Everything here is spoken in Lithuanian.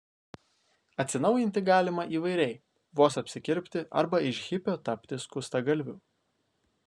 atsinaujinti galima įvairiai vos apsikirpti arba iš hipio tapti skustagalviu